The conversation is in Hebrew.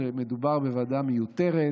שמדובר בוועדה מיותרת.